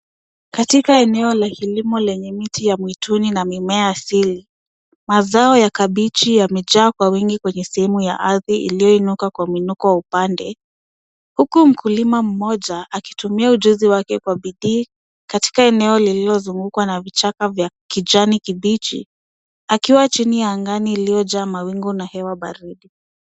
Katika eneo la kilimo yenye miti ya mwituni na mimea asili. Mazao ya kabichi yamejaa kwa wingi kwenye sehemu ya ardhi iliyoinuka kwa mwinuko wa upande huku mkulima mmoja akitumia ujuzi wake kwa bidii katika eneo lililozungukwa na vichaka vya kijani kibichi akiwa chini ya angani iliyojaa mawingu na hewa baridi.